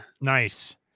Nice